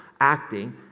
acting